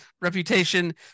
reputation